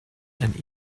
and